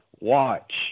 watch